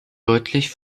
deutlich